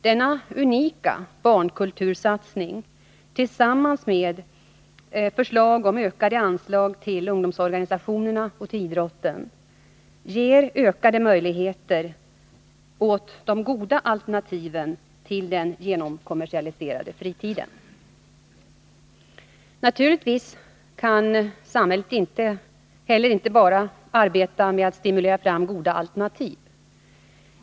Denna unika barnkultursatsning tillsammans med förslag om ökade anslag till ungdomsorganisationerna och idrotten ger större möjligheter att skapa goda alternativ till den genomkommersialiserade fritiden. Naturligtvis kan samhället inte bara arbeta med att stimulera fram goda alternativ.